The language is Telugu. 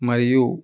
మరియు